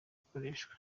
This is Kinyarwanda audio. gukoreshwa